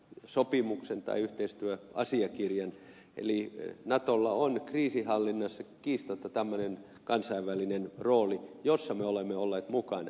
eta sopimuksen tai yhteistyö asiakirjan eli natolla on kriisinhallinnassa kiistatta tämmöinen kansainvälinen rooli jossa me olemme olleet mukana